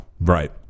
Right